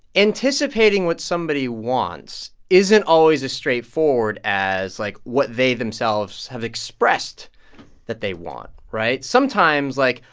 anticipating what somebody wants isn't always as straightforward as, like, what they themselves have expressed that they want, right? sometimes, like,